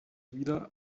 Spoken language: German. wieder